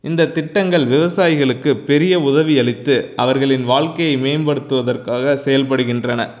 இந்தத் திட்டங்கள் விவசாயிகளுக்கு பெரிய உதவி அளித்து அவர்களின் வாழ்க்கையை மேம்படுத்துவதற்காக செயல்படுகின்றன